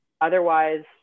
otherwise